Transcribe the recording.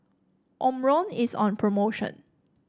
Omron is on promotion